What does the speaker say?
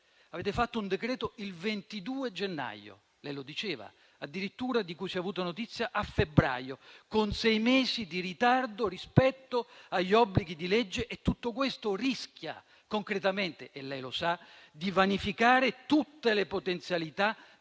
avete varato un decreto il 22 gennaio, lei lo diceva, di cui si è avuta notizia addirittura a febbraio, con sei mesi di ritardo rispetto agli obblighi di legge. Tutto questo rischia concretamente - e lei lo sa - di vanificare tutte le potenzialità